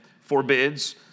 forbids